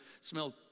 smell